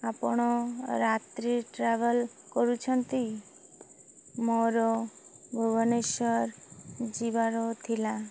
ଆପଣ ରାତ୍ରି ଟ୍ରାଭେଲ୍ କରୁଛନ୍ତି ମୋର ଭୁବନେଶ୍ୱର ଯିବାର ଥିଲା